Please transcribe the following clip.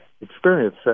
experience